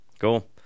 Cool